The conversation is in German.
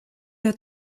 der